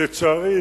לצערי,